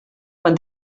quan